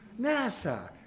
NASA